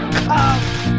come